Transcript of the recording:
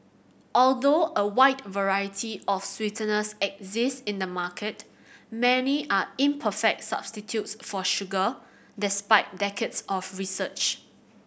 although a wide variety of sweeteners exist in the market many are imperfect substitutes for sugar despite decades of research